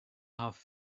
have